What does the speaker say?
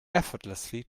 effortlessly